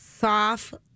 Soft